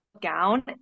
gown